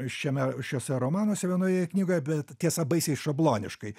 šiame šiuose romanuose vienoje knygoje bet tiesa baisiai šabloniškai